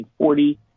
1940